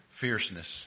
fierceness